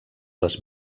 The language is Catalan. les